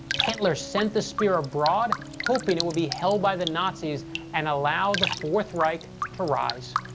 hitler sent the spear abroad, hoping it would be held by the nazis and allow the fourth reich to rise.